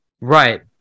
Right